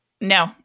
No